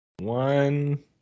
One